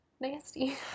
nasty